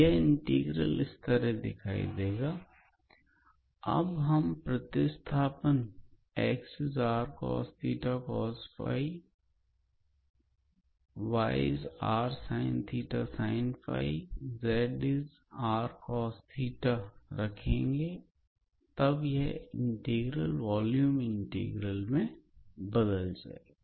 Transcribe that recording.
यह इंटीग्रल इस तरह का दिखाई देगा अब हम प्रतिस्थापन रखेंगे और तब यह इंटीग्रल दो वॉल्यूम इंटीग्रल में बदल जाएगा